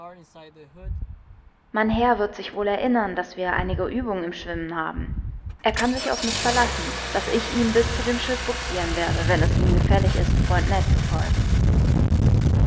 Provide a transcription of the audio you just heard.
mein herr wird sich wohl erinnern daß wir einige uebung im schwimmen haben er kann sich auf mich verlassen daß ich ihn bis zu dem schiff bugsiren werde wenn es ihm gefällig ist freund ned zu folgen